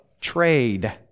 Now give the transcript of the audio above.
trade